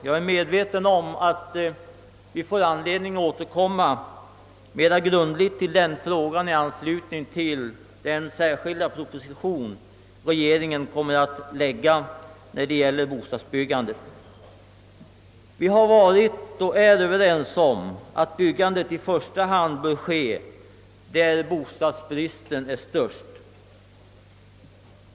Jag är medveten om att vi får anledning återkomma mera grundligt till den frågan i anslutning till den särskilda proposition regeringen kommer att framlägga beträffande bostadsbyggandet. Vi har varit och är överens om att byggandet i första hand bör ske där bostadsbristen är störst.